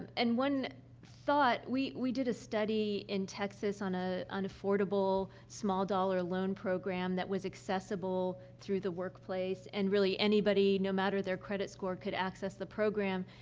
and one thought we we did a study, in texas, on a an affordable, small-dollar loan program that was accessible through the workplace, and really, anybody, no matter their credit score, could access the program.